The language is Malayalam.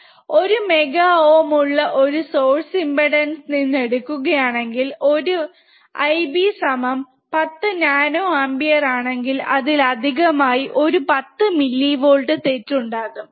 1 മെഗാ ohm ഒള്ള ഒരു സോഴ്സ് ഇമ്പ്പെടാൻസ് നിന്ന് എടുക്കുകുകയാണെങ്കിൽIB സമം 10 nanoampere ആണെങ്കിൽ അതിൽ അധികമായി ഒരു 10 മില്യവോൾട് തെറ്റുണ്ടാകും